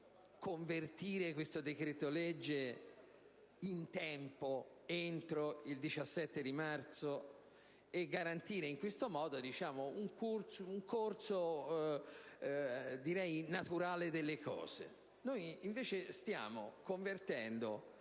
convertire questo decreto‑legge in tempo, entro il 17 marzo, e garantire in questo modo un corso direi naturale delle cose? Invece stiamo convertendo